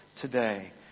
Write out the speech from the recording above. today